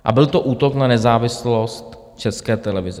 A byl to útok na nezávislost České televize.